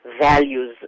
values